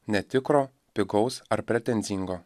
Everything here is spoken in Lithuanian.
netikro pigaus ar pretenzingo